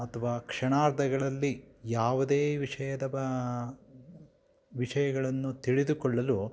ಅಥ್ವಾ ಕ್ಷಣಾರ್ಧಗಳಲ್ಲಿ ಯಾವುದೇ ವಿಷಯದ ಬ ವಿಷಯಗಳನ್ನು ತಿಳಿದುಕೊಳ್ಳಲು